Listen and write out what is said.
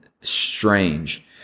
strange